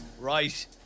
Right